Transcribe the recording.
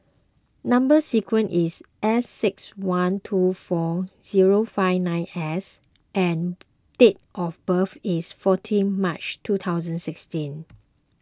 Number Sequence is S six one two four zero five nine S and date of birth is fourteen March two thousand and sixteen